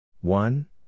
One